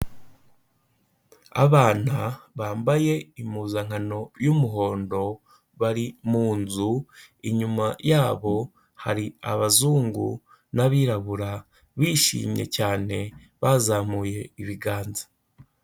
Abana bambaye impuzankano y'umuhondo bari mu nzu, inyuma yabo hari abazungu n'abirabura, bishimye cyane bazamuye ibiganza.